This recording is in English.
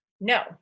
No